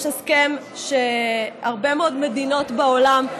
יש הסכם שהרבה מאוד מדינות בעולם,